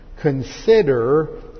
consider